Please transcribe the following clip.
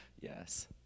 Yes